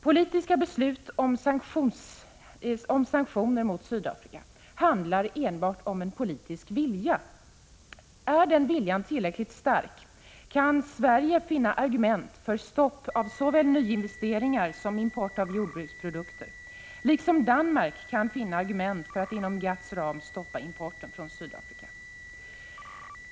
Politiska beslut om sanktioner mot Sydafrika handlar enbart om en politisk vilja. Är den viljan tillräckligt stark? Kan Sverige finna argument såväl för stoppande av nyinvesteringar som för import av jordbruksprodukter, liksom Danmark kan finna argument för att inom GATT:s ram stoppa importen från Sydafrika?